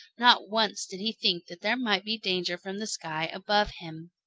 not once did he think that there might be danger from the sky above him.